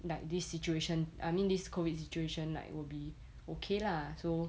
like this situation I mean this COVID situation like will be okay lah so